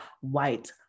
white